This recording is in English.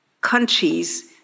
countries